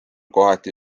kohati